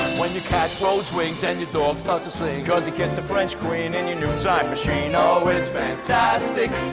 when your cat grows wings and your dog starts to sing, cause you kissed the french queen in and your new time machine. oh, it's fantastic.